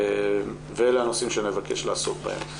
ואלה הנושאים שנבקש לעסוק בהם.